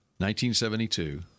1972